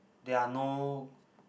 there are no